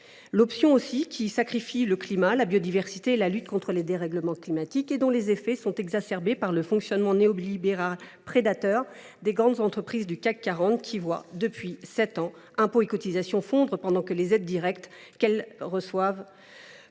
De plus, ce choix sacrifie le climat, la biodiversité et la lutte contre les dérèglements climatiques, dont les effets sont exacerbés par le fonctionnement néolibéral prédateur des grandes entreprises du CAC 40. Depuis sept ans, ces dernières voient leurs impôts et leurs cotisations fondre, pendant que les aides directes qu’elles reçoivent